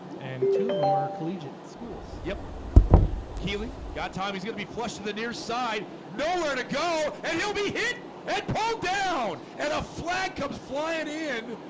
and two of them are collegiate schools. yep keely got time he's gonna be flush to the nearside nowhere to go and you'll be hit and pulled down and a flag comes flying in.